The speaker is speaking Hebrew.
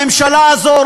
הממשלה הזו,